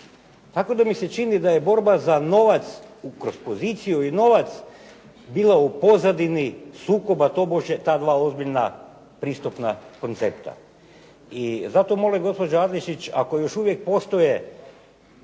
Tako da mi se čini da je borba za novac kroz poziciju i novac bila u pozadini sukoba tobože ta 2 ozbiljna pristupna koncepta. I zato molim gospođa Adlešić ako još uvijek postoje